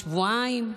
לשבועיים.